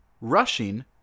rushing